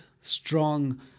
strong